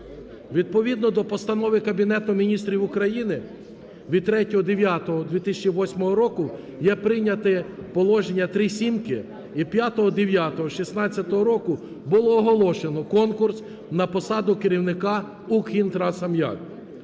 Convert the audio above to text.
відповідно до Постанови Кабінету Міністрів України від 03.09.2008 року є прийняті положення "три сімки", і 05.09.2016 року було оголошено конкурс на посаду керівника "Укрхімтрансаміаку".